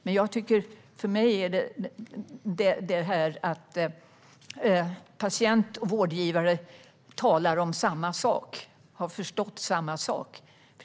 Men för mig handlar det om att patient och vårdgivare talar om samma sak och har förstått samma sak.